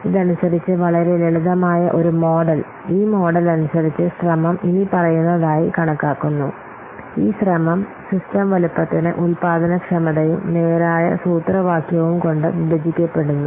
ഇത് അനുസരിച്ച് വളരെ ലളിതമായ ഒരു മോഡൽ ഈ മോഡൽ അനുസരിച്ച് ശ്രമം ഇനിപ്പറയുന്നതായി കണക്കാക്കുന്നു ഈ ശ്രമം സിസ്റ്റം വലുപ്പത്തിന് ഉൽപാദനക്ഷമതയും നേരായ സൂത്രവാക്യവും കൊണ്ട് വിഭജിക്കപ്പെടുന്നു